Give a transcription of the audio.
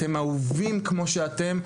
אתם אהובים כמו שאתם,